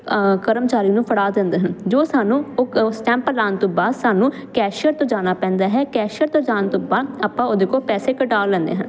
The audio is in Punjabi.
ਕਰਮਚਾਰੀ ਨੂੰ ਫੜਾ ਦਿੰਦੇ ਹਾਂ ਜੋ ਸਾਨੂੰ ਉ ਉਹ ਸਟੈਂਪ ਲਾਉਣ ਤੋਂ ਬਾਅਦ ਸਾਨੂੰ ਕੈਸ਼ੀਅਰ ਤੋਂ ਜਾਣਾ ਪੈਂਦਾ ਹੈ ਕੈਸ਼ੀਅਰ ਤੋਂ ਜਾਣ ਤੋਂ ਬਾਅਦ ਆਪਾਂ ਉਹਦੇ ਕੋਲ ਪੈਸੇ ਕਢਵਾ ਲੈਂਦੇ ਹਾਂ